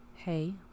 Hey